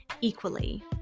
equally